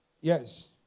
Yes